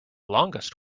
longest